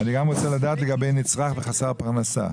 אני גם רוצה לדעת לגבי נצרך וחסר פרנסה.